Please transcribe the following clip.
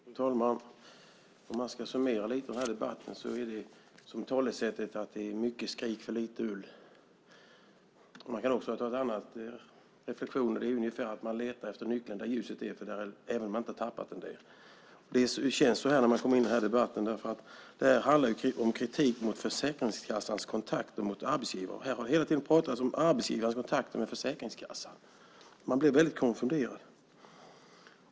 Fru talman! Om man ska summera den här debatten lite kan man använda talesättet om att det är mycket skrik för lite ull. Man kan också göra en annan reflexion, och det är att man letar efter nyckeln där ljuset är, även om man inte har tappat den där. Det känns så när man kommer in i den här debatten. Det här handlar om kritik mot Försäkringskassans kontakter med arbetsgivare, men här har hela tiden pratats om arbetsgivares kontakter med Försäkringskassan. Man blir väldigt konfunderad.